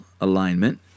alignment